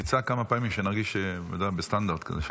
ההצעה להעביר את הנושא